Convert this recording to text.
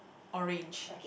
orange